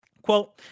Quote